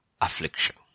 affliction